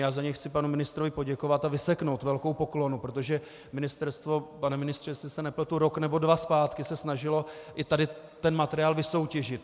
Chci za něj panu ministrovi poděkovat a vyseknout velkou poklonu, protože ministerstvo, pane ministře, jestli se nepletu, rok nebo dva zpátky se snažilo i tento materiál vysoutěžit.